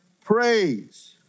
praise